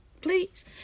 please